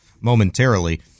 momentarily